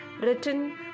written